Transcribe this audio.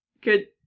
good